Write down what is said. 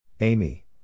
Amy